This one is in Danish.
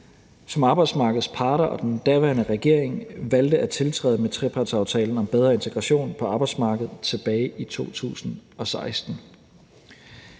som arbejdsmarkedets parter og den daværende regering valgte at tiltræde med trepartsaftalen om bedre integration på arbejdsmarkedet tilbage i 2016.